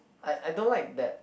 I I don't like that